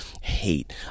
hate